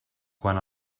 quan